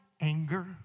anger